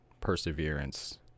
perseverance